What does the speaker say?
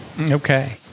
Okay